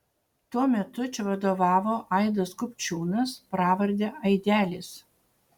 tuo metu čia vadovavo aidas kupčiūnas pravarde aidelis